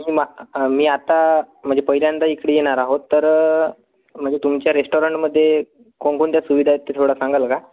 मी मा मी आता म्हणजे पहिल्यांदा इकडे येणार आहोत तर म्हणजे तुमच्या रेस्टॉरंटमध्ये कोणकोणत्या सुविधा आहेत ते थोडा सांगाल का